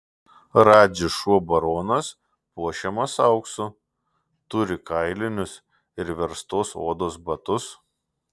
radži šuo baronas puošiamas auksu turi kailinius ir verstos odos batus